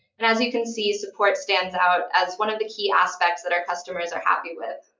and as you can see, support stands out as one of the key aspects that our customers are happy with.